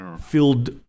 filled